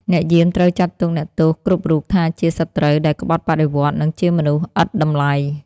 អ្នកយាមត្រូវចាត់ទុកអ្នកទោសគ្រប់រូបថាជា «សត្រូវ» ដែលក្បត់បដិវត្តន៍ និងជាមនុស្សឥតតម្លៃ។